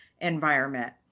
environment